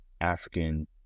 African